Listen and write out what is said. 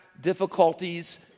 difficulties